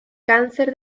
cáncer